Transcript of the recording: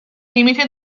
limiti